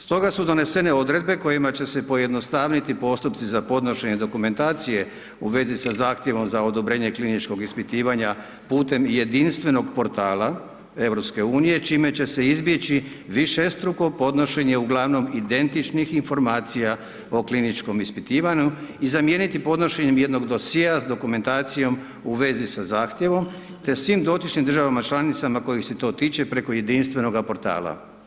Stoga su donesene odredbe kojima će se pojednostaviti postupci za podnošenje dokumentacije u vezi sa zahtjevom za odobren je kliničkog ispitivanja putem i jedinstvenog portala EU, čime će se izbjeći višestruko podnošenje ugl. identičnih informacija o kliničkom ispitivanju i zamijeniti podnošenjem jednog dosjea s dokumentacijom u vezi sa zahtjevom, te sasvim dotičnim državama članicama kojih se to tiče, preko jedinstvenoga portala.